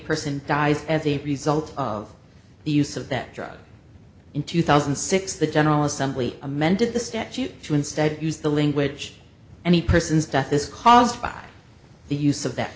person dies as a result of the use of that drug in two thousand and six the general assembly amended the statute to instead use the language any person's death is caused by the use of that